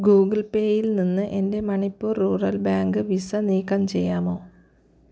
Google പേയിൽ നിന്ന് എൻ്റെ മണിപ്പൂർ റൂറൽ ബാങ്ക് വിസ നീക്കം ചെയ്യാമോ